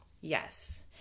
Yes